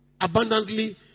abundantly